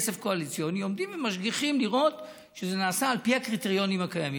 עומדים ומשגיחים לראות שזה נעשה על פי הקריטריונים הקיימים.